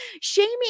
shaming